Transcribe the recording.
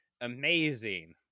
amazing